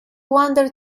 wander